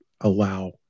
allow